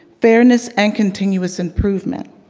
fairness and continuous improvement.